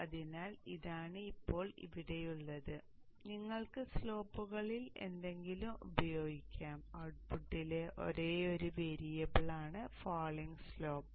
അതിനാൽ ഇതാണ് ഇപ്പോൾ ഇവിടെയുള്ളത് നിങ്ങൾക്ക് സ്ലോപ്പുകളിൽ ഏതെങ്കിലും ഉപയോഗിക്കാം ഔട്ട്പുട്ടിലെ ഒരേയൊരു വേരിയബിളാണ് ഫാളിങ് സ്ലോപ്പ്